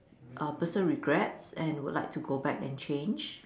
ah person regrets and would like to go back and change